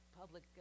public